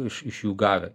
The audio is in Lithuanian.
iš iš jų gavę